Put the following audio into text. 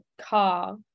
car